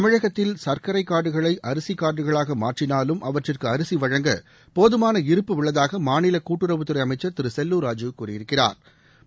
தமிழகத்தில் சர்க்கரை கார்டுகளை அரிசி கார்டுகளாக மாற்றினாலும் அவற்றிற்கு அரிசி வழங்க போதுமான இருப்பு உள்ளதாக மாநில கூட்டுறவுத்துறை அமைச்சா் திரு செல்லூா் ராஜூ கூறியிருக்கிறாா்